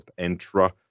Entra